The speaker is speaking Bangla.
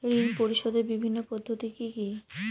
ঋণ পরিশোধের বিভিন্ন পদ্ধতি কি কি?